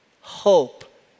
hope